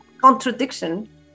contradiction